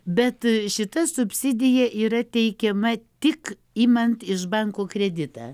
bet šita subsidija yra teikiama tik imant iš banko kreditą